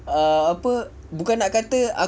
apa bukan nak kata